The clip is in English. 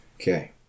Okay